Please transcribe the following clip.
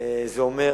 זה אומר